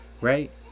right